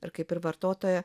ir kaip ir vartotoją